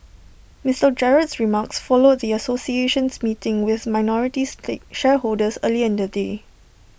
Mister Gerald's remarks followed the association's meeting with minority shareholders earlier in the day